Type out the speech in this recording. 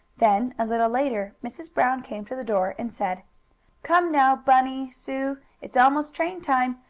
then, a little later, mrs. brown came to the door and said come now, bunny sue! it's almost train time.